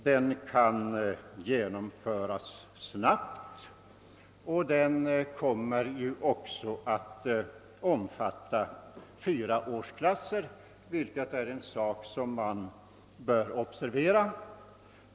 Den kan genomföras snabbt, och den kommer att omfatta fyra årsklasser, vilket är en sak som bör observeras.